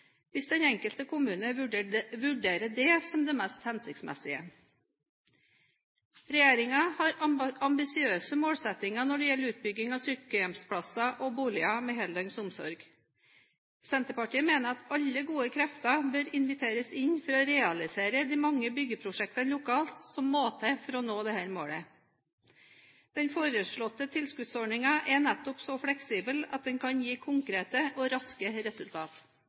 hvis den enkelte kommune vurderer det som det mest hensiktsmessige. Regjeringen har ambisiøse målsettinger når det gjelder utbygging av sykehjemsplasser og boliger med heldøgns omsorg. Senterpartiet mener at alle gode krefter bør inviteres inn for å realisere de mange byggeprosjektene lokalt som må til for å nå dette målet. Den foreslåtte tilskuddsordningen er nettopp så fleksibel at den kan gi konkrete og raske resultater.